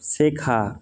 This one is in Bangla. শেখা